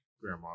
grandma